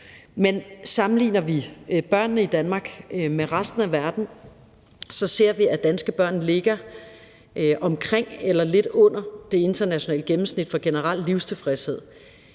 Men sammenligner vi børnene i Danmark med dem i resten af verden, ser vi, at danske børn ligger omkring eller lidt under det internationale gennemsnit for generel livstilfredshed,